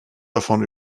davon